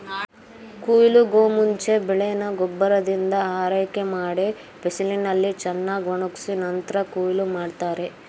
ಕುಯ್ಲಿಗೂಮುಂಚೆ ಬೆಳೆನ ಗೊಬ್ಬರದಿಂದ ಆರೈಕೆಮಾಡಿ ಬಿಸಿಲಿನಲ್ಲಿ ಚೆನ್ನಾಗ್ಒಣುಗ್ಸಿ ನಂತ್ರ ಕುಯ್ಲ್ ಮಾಡ್ತಾರೆ